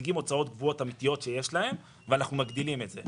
מציגים הוצאות קבועות אמיתיות שיש להם ואנחנו מגדילים את זה.